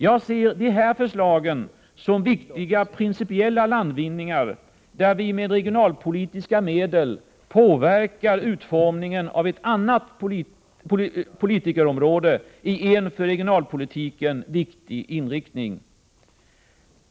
Jag ser de här förslagen som viktiga principiella landvinningar, där vi med regionalpolitiska medel påverkar utformningen av ett annat politikområde i en för regionalpolitiken viktig inriktning.